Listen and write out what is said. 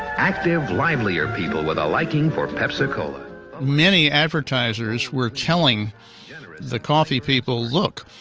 active, lively, or people with a liking for pepsi cola many advertisers were telling the coffee people, look,